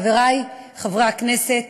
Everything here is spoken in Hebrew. חברי חברי הכנסת,